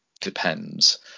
depends